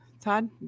Todd